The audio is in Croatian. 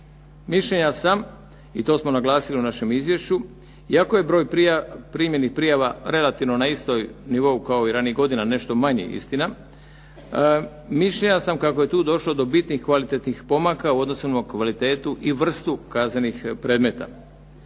mišljenja sam i to smo naglasili u našem izvješću, iako je broj primljenih prijava relativno na istom nivou kao i ranijih godina nešto manje istina, mišljenja sam kako je tu došlo do bitnih kvalitetnih pomaka u odnosu na kvalitetu i vrstu kaznenih predmeta.